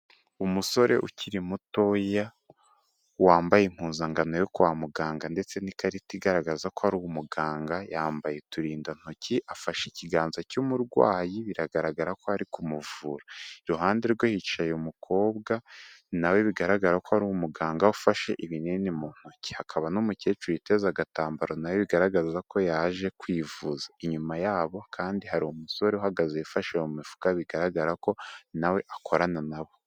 Umusore ukiri mutoya wambaye impuzankan yo kwa muganga ndetse n'ikarita igaragaza ko ari umuganga yambaye uturindantoki afashe ikiganza cy'umurwayi biragaragara ko ari kumuvura, iruhande rwe yicaye umukobwa nawe bigaragara ko ari umuganga ufashe ibinini mu ntoki hakaba n'umukecuru witeze agatambaro nawe bigaragaza ko yaje kwivuza, inyuma yabo kandi hari umusore uhagaze yafashe mu mifuka bigaragara ko na akorana nabo.